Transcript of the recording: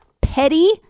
petty